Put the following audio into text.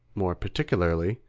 more particularly,